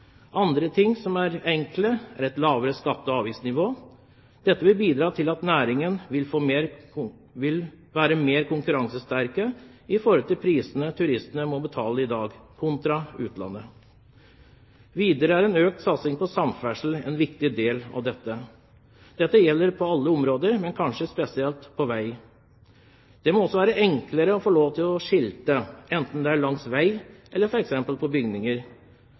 Andre ting som er enkle, er å få et lavere skatte- og avgiftsnivå. Dette vil bidra til at næringen vil være mer konkurransesterk når det gjelder det turistene i dag må betale i Norge – kontra i utlandet. Videre er en økt satsing på samferdsel en viktig del av dette. Dette gjelder på alle områder, men kanskje spesielt på vei. Det må også være enklere å få lov til å skilte, enten det er langs vei eller f.eks. på bygninger.